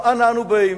שלום, אנה אנו באים?